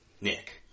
Nick